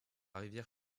rivière